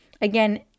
Again